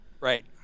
right